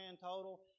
total